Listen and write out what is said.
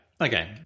Okay